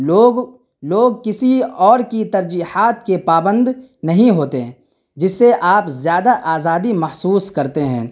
لوگ لوگ کسی اور کی ترجیحات کے پابند نہیں ہوتے جس سے آپ زیادہ آزادی محسوس کرتے ہیں